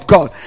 God